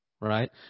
right